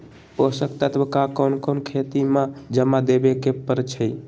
पोषक तत्व क कौन कौन खेती म जादा देवे क परईछी?